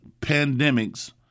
pandemics